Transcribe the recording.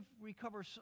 recover